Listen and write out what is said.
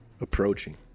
approaching